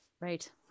Right